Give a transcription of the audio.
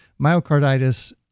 myocarditis